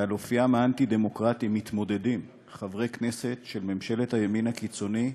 שעל אופיים האנטי-דמוקרטי מתמודדים חברי כנסת של ממשלת הימין הקיצוני,